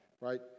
Right